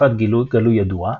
התקפת גלוי-ידוע.